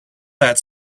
that